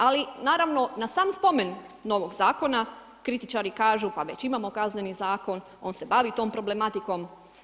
Ali, naravno, na sam spomen novog zakona, kritičari kažu pa već imamo Kazneni zakon, on se bavi tom problematikom.